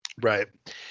Right